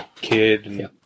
kid